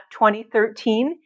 2013